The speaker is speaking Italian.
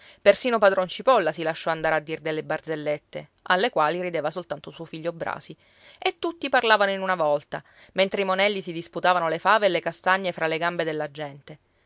persino padron cipolla si lasciò andare a dir delle barzellette alle quali rideva soltanto suo figlio brasi e tutti parlavano in una volta mentre i monelli si disputavano le fave e le castagne fra le gambe della gente